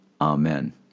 Amen